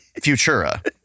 Futura